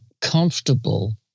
comfortable